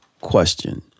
question